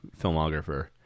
filmographer